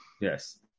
Yes